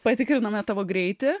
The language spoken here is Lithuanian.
patikrinome tavo greitį